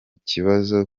kibazo